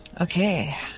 Okay